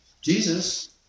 Jesus